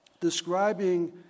describing